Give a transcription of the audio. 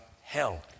hell